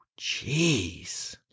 Jeez